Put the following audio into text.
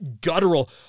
guttural